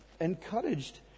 encouraged